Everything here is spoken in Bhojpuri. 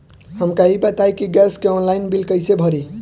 हमका ई बताई कि गैस के ऑनलाइन बिल कइसे भरी?